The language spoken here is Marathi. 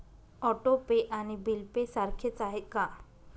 ऑटो पे आणि बिल पे सारखेच आहे का?